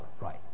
right